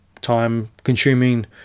time-consuming